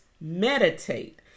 meditate